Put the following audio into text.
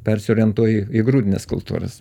persiorientuoju į grūdines kultūras